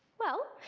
well,